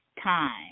time